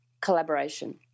collaboration